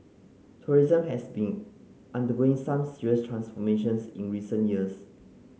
tourism has been undergoing some serious transformations in recent years